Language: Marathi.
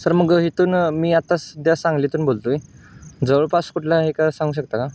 सर मग इथून मी आत्ता सध्या सांगलीतून बोलतो आहे जवळपास कुठला हे का सांगू शकता का